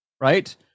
right